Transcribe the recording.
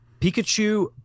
Pikachu